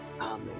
Amen